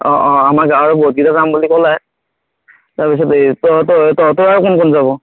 অঁ অঁ আমাৰ গাঁৱৰ বহুতকেইটা যাম বুলি ক'লে তাৰপিছত তহঁতৰ তহঁতৰ আৰু কোন কোন যাব